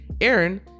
Aaron